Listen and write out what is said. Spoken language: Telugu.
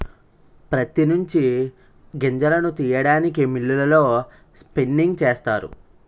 ప్రత్తి నుంచి గింజలను తీయడానికి మిల్లులలో స్పిన్నింగ్ చేస్తారు